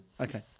Okay